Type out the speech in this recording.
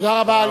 תודה רבה.